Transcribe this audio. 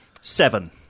Seven